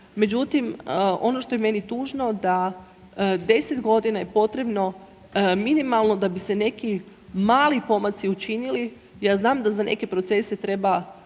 Međutim, ono što je meni tužno da 10.g. je potrebno minimalno da bi se neki mali pomaci učinili, ja znam da za neke procese treba